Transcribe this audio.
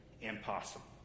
impossible